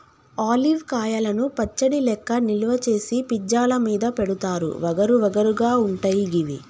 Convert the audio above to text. olive కాయలను పచ్చడి లెక్క నిల్వ చేసి పిజ్జా ల మీద పెడుతారు వగరు వగరు గా ఉంటయి గివి